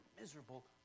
miserable